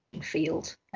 field